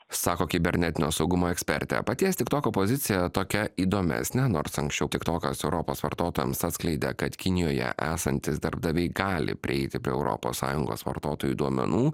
sako kibernetinio saugumo ekspertė paties tiktoko pozicija tokia įdomesnė nors anksčiau tiktokas europos vartotojams atskleidė kad kinijoje esantys darbdaviai gali prieiti prie europos sąjungos vartotojų duomenų